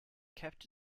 kept